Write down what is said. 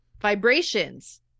vibrations